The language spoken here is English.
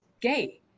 gay